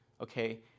Okay